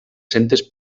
centes